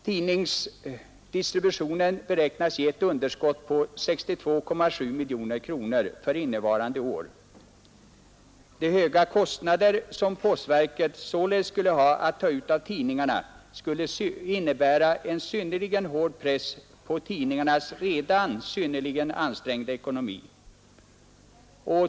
Tidningsdistributionen beräknas ge ett underskott på 62,7 miljoner kronor för innevarande budgetår. De höga kostnader som postverket således skulle ha att ta ut av tidningarna skulle innebära en synnerligen hård press på deras redan mycket ansträngda ekonomi.